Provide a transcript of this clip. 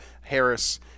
harris